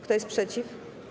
Kto jest przeciw?